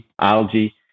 algae